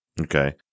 Okay